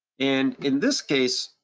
and in this case,